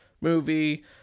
movie